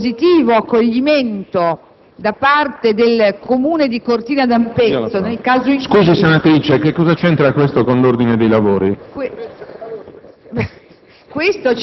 e il positivo accoglimento da parte del Comune di Cortina d'Ampezzo....